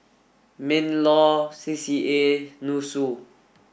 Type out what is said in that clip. MINLAW C C A and NUSSU